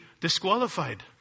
disqualified